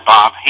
Bob